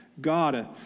God